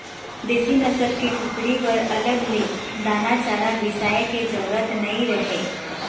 देसी नसल के कुकरी बर अलग ले दाना चारा बिसाए के जरूरत नइ रहय